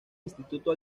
instituto